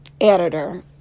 editor